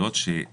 זה